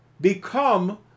become